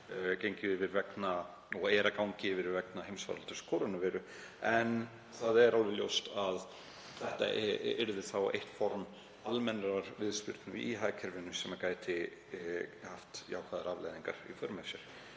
sem er að ganga yfir vegna heimsfaraldurs kórónuveiru. En það er orðið ljóst að þetta yrði þá eitt form almennrar viðspyrnu í hagkerfinu sem gæti haft jákvæðar afleiðingar í för með sér.